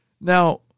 Now